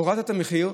הורדת את המחיר,